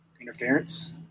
Interference